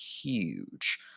huge